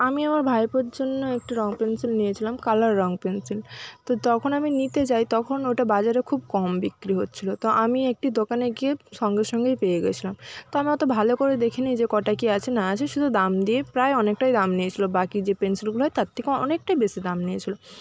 আমি আমার ভাইপোর জন্য একটি রঙ পেনসিল নিয়েছিলাম কালার রঙ পেনসিল তো তখন আমি নিতে যাই তখন ওটা বাজারে খুব কম বিক্রি হচ্ছিলো তো আমি একটি দোকানে গিয়ে সঙ্গে সঙ্গেই পেয়ে গিয়েছিলাম তো আমি অতো ভালো করে দেখিনি যে কটা কি আছে না আছে শুধু দাম দিয়ে প্রায় অনেকটাই দাম নিয়েছিলো বাকি যে পেনসিলগুলো হয় তার থেকে অনেকটাই বেশি দাম নিয়েছিলো